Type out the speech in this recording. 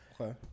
Okay